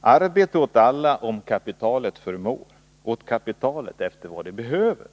Arbete åt alla om kapitalet förmår, åt kapitalet efter vad det behöver.